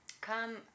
come